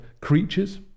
creatures